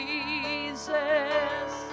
Jesus